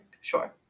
sure